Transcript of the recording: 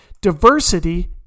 Diversity